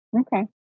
Okay